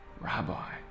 Rabbi